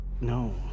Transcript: No